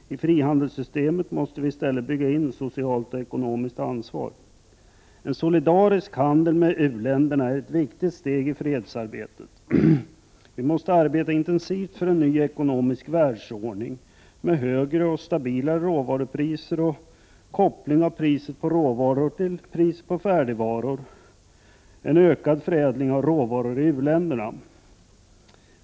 I frihandelssystemet måste vi i stället bygga in socialt och ekonomiskt ansvar. En solidarisk handel med u-länderna är ett viktigt steg i fredsarbetet. Vi måste arbeta intensivt för en ny ekonomisk världsordning med högre och stabilare råvarupriser, koppling av priset på råvaror till priset på färdigvaror och ökad förädling av råvaror i u-länderna.